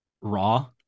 raw